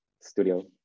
studio